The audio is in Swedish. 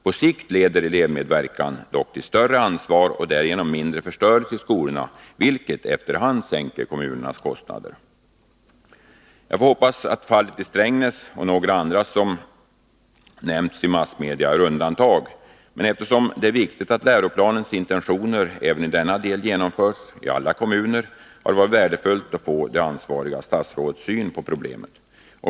På sikt leder dock elevmedverkan till ett större ansvars kännande och därigenom till mindre förstörelse i skolorna, vilket efter hand gör att kommunernas kostnader sänks. Jag hoppas att fallet Strängnäs och några andra som nämnts i massmedia är undantag. Eftersom det är viktigt att läroplanens intentioner även i denna del förverkligas i alla kommuner, har det varit värdefullt att få det ansvariga statsrådets syn på problemet.